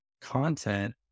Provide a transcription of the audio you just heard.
content